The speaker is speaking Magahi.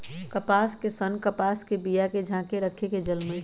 कपास के सन्न कपास के बिया के झाकेँ रक्खे से जलमइ छइ